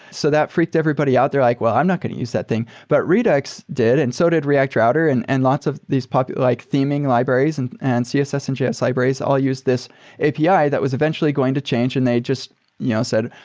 so that freaked everybody out. they're like, well, i'm not going to use that thing. but redux did and so did react router and and lots of these popular like theming libraries and and css and js libraries all use this api that was eventually going to change, and they just you know said,